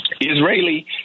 Israeli